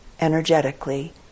energetically